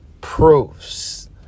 proves